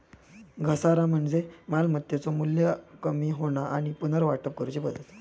घसारा म्हणजे मालमत्तेचो मू्ल्य कमी होणा आणि पुनर्वाटप करूची पद्धत